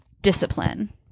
discipline